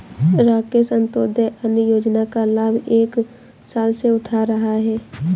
राकेश अंत्योदय अन्न योजना का लाभ एक साल से उठा रहा है